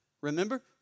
Remember